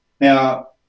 Now